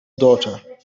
daughter